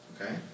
Okay